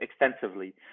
extensively